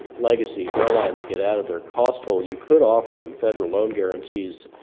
legacy airlines get out of their cost hole you could offer them federal loan guarantees,